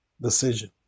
decision